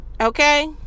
Okay